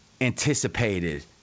anticipated